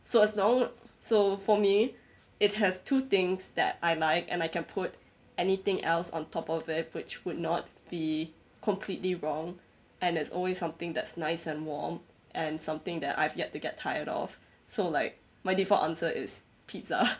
so as long so for me it has two things that I like and I can put anything else on top of it which would not be completely wrong and it's always something that's nice and warm and something that I've yet to get tired of so like my default answer is pizza